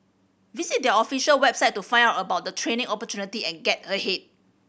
visit their official website to find out about the training opportunity and get ahead